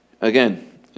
Again